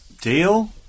Deal